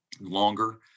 longer